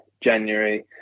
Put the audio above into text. January